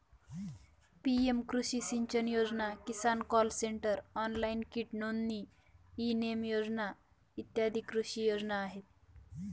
PM कृषी सिंचन योजना, किसान कॉल सेंटर, ऑनलाइन कीट नोंदणी, ई नेम योजना इ कृषी योजना आहेत